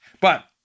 But-